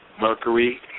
Mercury